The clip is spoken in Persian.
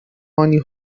هانی